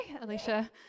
Alicia